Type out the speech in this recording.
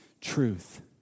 truth